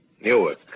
Newark